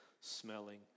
smelling